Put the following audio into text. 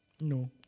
No